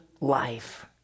life